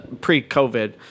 pre-COVID